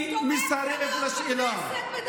אני מסרב לשאלה.